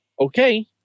Okay